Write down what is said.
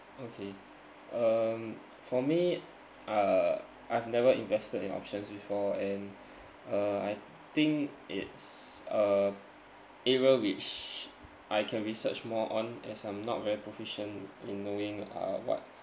okay um for me uh I've never invested in options before and uh I think it's a area which I can research more on as I'm not very proficient in knowing uh what